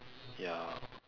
ya